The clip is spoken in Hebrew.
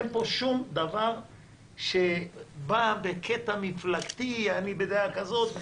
אין פה שום דבר שבא בקטע מפלגתי: אני בדעה כזאת.